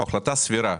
היא החלטה סבירה.